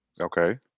Okay